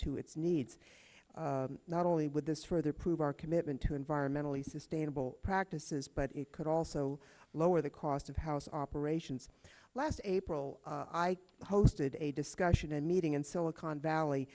to its needs not only with this further prove our commitment to environmentally sustainable practices but it could also lower the cost of house operations last april i posted a discussion and meeting in silicon valley